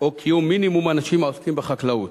או קיום מינימום אנשים העוסקים בחקלאות.